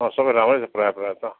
सबै राम्रै छ प्राय प्राय त